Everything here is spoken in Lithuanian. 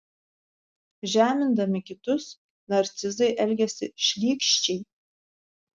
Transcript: žemindami kitus narcizai elgiasi šlykščiai